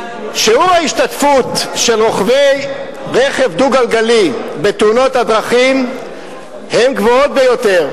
שיעור ההשתתפות של רוכבי רכב דו-גלגלי בתאונות הדרכים הוא גבוה ביותר.